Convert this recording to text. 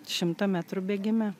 šimtą metrų bėgime